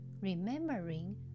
remembering